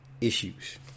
issues